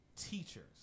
teachers